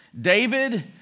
David